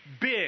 big